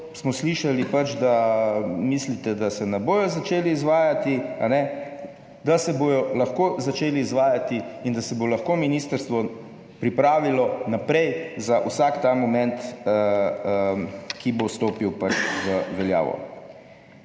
smo slišali pač, da mislite, da se ne bodo začeli izvajati, da se bodo lahko začeli izvajati in da se bo lahko ministrstvo pripravilo naprej za vsak ta moment, ki bo stopil v veljavo.